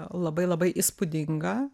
labai labai įspūdinga